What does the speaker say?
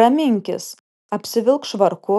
raminkis apsivilk švarku